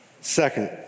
Second